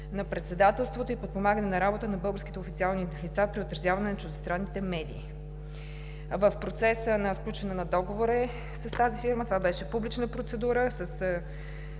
на председателството и подпомагане на работата на българските официални лица при отразяване на чуждестранните медии. В процес на сключване на договор е с тази фирма. Това беше публична процедура